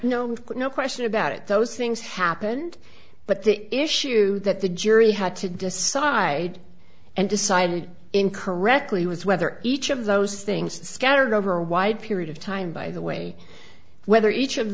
no no question about it those things happened but the issue that the jury had to decide and decide in correctly was whether each of those things scattered over a wide period of time by the way whether each of